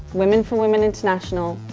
women for women international,